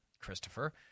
Christopher –